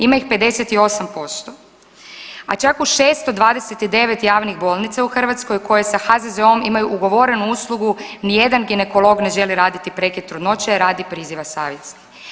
Ima ih 58%, a čak u 629 javnih bolnica u Hrvatskoj koje sa HZZO-om imaju ugovorenu uslugu nijedan ginekolog ne želi raditi prekid trudnoće radi priziva savjesti.